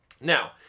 Now